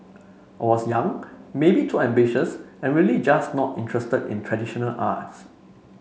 I was young maybe too ambitious and really just not interested in traditional arts